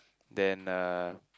then uh